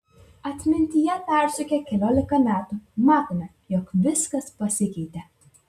atmintyje persukę keliolika metų matome jog viskas pasikeitė